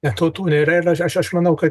ne to nėra ir aš manau kad